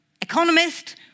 economist